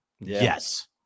yes